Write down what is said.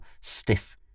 stiff